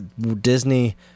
Disney